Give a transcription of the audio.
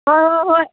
ꯍꯣꯏ ꯍꯣꯏ ꯍꯣꯏ